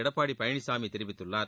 எடப்பாடி பழனிசாமி தெரிவித்துள்ளார்